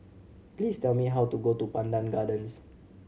please tell me how to go to Pandan Gardens